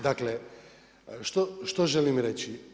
Dakle, što želim reći?